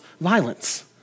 violence